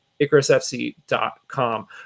IcarusFC.com